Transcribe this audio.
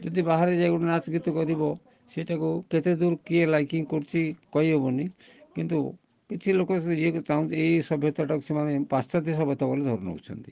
ଯଦି ବାହାରେ ଯାଇ ଗୋଟେ ନାଚ ଗୀତ କରିବ ସେଇଟାକୁ କେତେଦୂର କିଏ ଲାଇକିଂ କରୁଛି କହି ହେବନି କିନ୍ତୁ କିଛି ଲୋକ ସେ ଇଏକୁ ଚାହୁଁଛ ଏଇ ସଭ୍ୟତାଟାକୁ ସେମାନେ ପାଶ୍ଚାତ୍ୟ ସଭ୍ୟତା ବୋଲି ଧରି ନେଉଛନ୍ତି